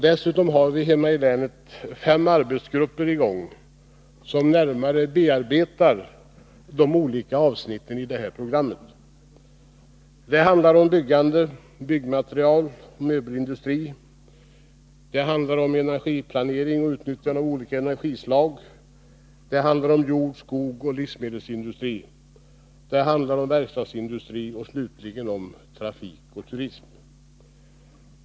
Dessutom har vi hemma i länet fem arbetsgrupper i gång som närmare bearbetar de olika avsnitten i programmet. Det handlar om byggande, byggnadsmaterialoch möbelindustri. Det handlar om energiplanering och utnyttjande av olika energislag. Det handlar om jordbruk, skogsbruk och livsmedelsindustri. Det handlar om verkstadsindustri och slutligen om trafik och turism.